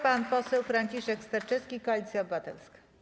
Pan poseł Franciszek Sterczewski, Koalicja Obywatelska.